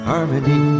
Harmony